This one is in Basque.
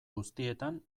guztietan